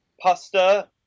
Pasta